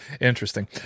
Interesting